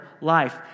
life